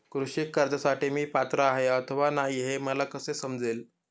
कृषी कर्जासाठी मी पात्र आहे अथवा नाही, हे मला कसे समजेल?